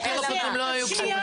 החוקים הקודמים לא היו קשורים.